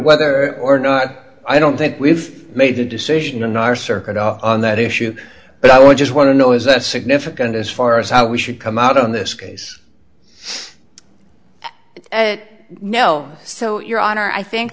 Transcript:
whether or not i don't think we've made the decision in our circuit on that issue but i would just want to know is that significant as far as how we should come out of this case no so your honor i think